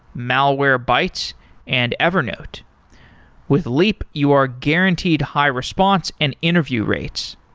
malwarebytes and evernote with leap, you are guaranteed high response and interview rates.